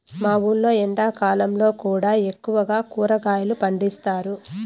మా ఊర్లో ఎండాకాలంలో కూడా ఎక్కువగా కూరగాయలు పండిస్తారు